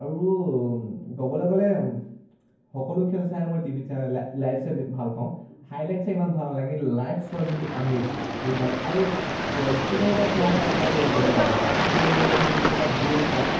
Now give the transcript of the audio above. আৰু ক'বলৈ গ'লে সকলো খেল চাই মই টিভিত চাই লাইভ চাই ভাল পাওঁ হাইলাইট চাই ইমান ভাল নালাগে লাইভ চোৱাৰ যোনটো আমেজ বহুত ভাল লাগে আৰু ষ্টেডিয়ামৰ পৰা চোৱা এটা এটা বেলেগ আমেজ ষ্টেডিয়ামত যোনটো এটা জ'চ পায়